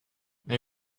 they